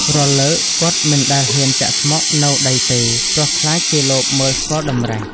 រាល់លើកគាត់មិន ដែលហ៊ានចាក់ស្មុគនៅដីទេ ព្រោះខ្លាចគេលបមើលស្គាល់តម្រិះ។